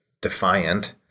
defiant